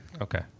okay